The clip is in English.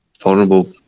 vulnerable